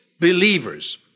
believers